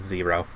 Zero